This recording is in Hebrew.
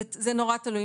זה נורא תלוי,